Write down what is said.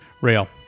Rail